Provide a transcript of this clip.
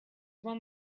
one